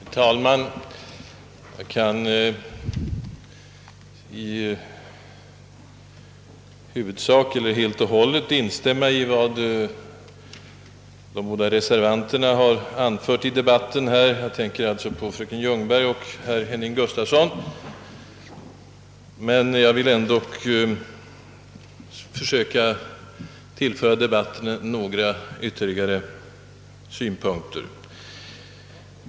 Herr talman! Jag kan i huvudsak eller helt och hållet instämma i vad de båda reservanterna — jag tänker på fröken Ljungberg och herr Henning Gustafsson — har anfört i debatten, men jag vill ändock försöka tillföra debatten några ytterligare synpunkter.